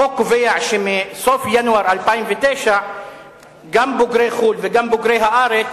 החוק קובע שמסוף ינואר 2009 גם בוגרי חו"ל וגם בוגרי הארץ